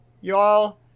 Y'all